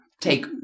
take